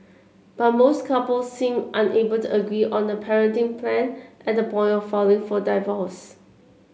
but most couples seemed unable to agree on the parenting plan at the point of filing for divorce